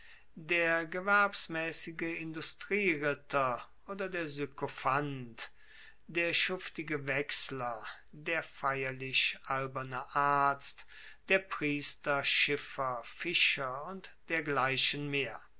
der gewerbsmaessige industrieritter oder der sykophant der schuftige wechsler der feierlich alberne arzt der priester schiffer fischer und dergleichen mehr